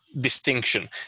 distinction